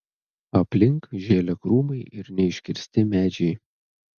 aplink žėlė krūmai ir neiškirsti medžiai